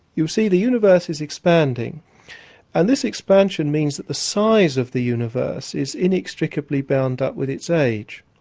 you see, the universe is expanding and this expansion means that the size of the universe is inextricably bound up with its age,